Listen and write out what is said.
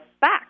back